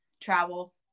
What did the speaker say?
travel